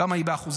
כמה היא באחוזים?